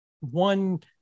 one